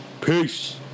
Peace